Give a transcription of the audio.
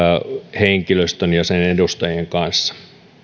henkilöstön ja sen edustajien kanssa